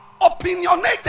opinionated